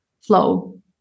flow